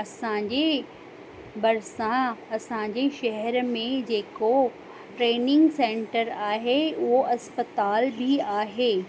असांजे भरिसां असांजे शहर में जेको ट्रेनिंग सैंटर आहे उहो इस्पतालि बि आहे